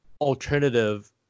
alternative